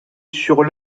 sur